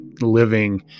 living